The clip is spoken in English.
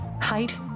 height